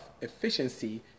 efficiency